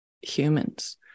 humans